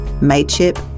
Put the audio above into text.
mateship